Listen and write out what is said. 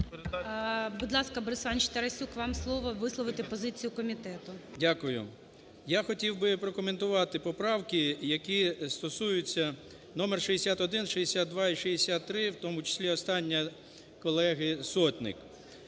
Будь ласка, Борис Іванович Тарасюк, вам слово висловити позицію комітету. 13:17:04 ТАРАСЮК Б.І. Дякую. Я хотів би прокоментувати поправки, які стосуються, номер 61, 62 і 63, в тому числі остання колеги Сотник.